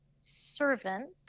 servant